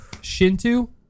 Shinto